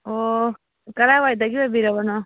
ꯑꯣ ꯀꯗꯥꯏ ꯋꯥꯏꯗꯒꯤ ꯑꯣꯏꯕꯤꯔꯕꯅꯣ